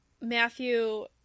Matthew